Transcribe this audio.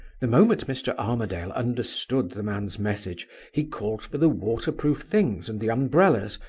the moment mr. armadale understood the man's message, he called for the water-proof things and the umbrellas,